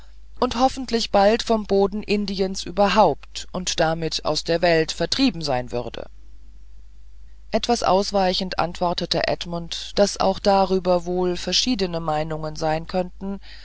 und hoffentlich bald vom boden indiens überhaupt und damit aus der welt vertrieben sein würde etwas ausweichend antwortete edmund daß auch darüber wohl verschiedene meinungen sein könnten